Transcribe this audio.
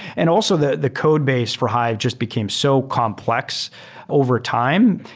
and also, the the codebase for hive just became so complex overtime.